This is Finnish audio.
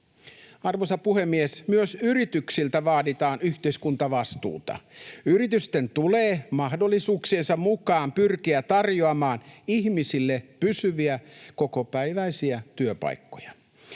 Arvoisa puhemies! Myös yrityksiltä vaaditaan yhteiskuntavastuuta. Yritysten tulee mahdollisuuksiensa mukaan pyrkiä tarjoamaan ihmisille pysyviä, kokopäiväisiä työpaikkoja.